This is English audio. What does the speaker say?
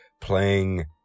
playing